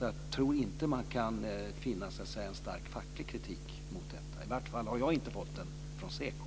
Jag tror inte att man kan finna en stark facklig kritik mot detta. I varje fall har jag inte fått den från SEKO.